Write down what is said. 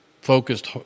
focused